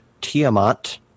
Tiamat